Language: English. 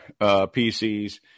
PCs